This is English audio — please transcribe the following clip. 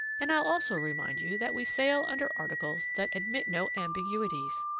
and i'll also remind you that we sail under articles that admit no ambiguities.